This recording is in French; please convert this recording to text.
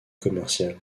commerciale